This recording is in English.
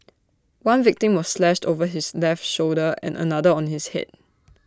one victim was slashed over his left shoulder and another on his Head